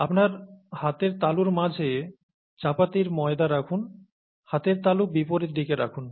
আপনার হাতের তালুর মাঝে চাপাতির ময়দা রাখুন হাতের তালু বিপরীত দিকে রাখুন